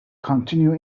continue